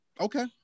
okay